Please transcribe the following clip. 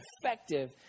effective